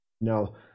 Now